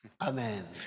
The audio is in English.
Amen